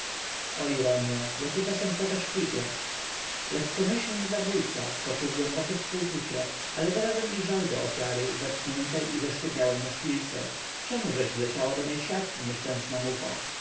mordercy o ironio jakie czasem płatasz figle lekkomyślny zabójca poczuł głębokie współczucie ale zarazem i żal do ofiary zatkniętej i zesztywniałej na szpilce czemużeś wleciała do mej siatki nieszczęsna mucho